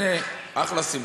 אחלה שמחה.